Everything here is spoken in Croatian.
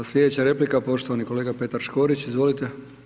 Slijedeća replika poštovani kolega Petar Škorić, izvolite.